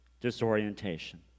disorientation